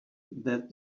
that